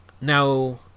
now